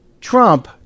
trump